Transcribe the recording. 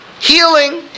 healing